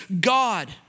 God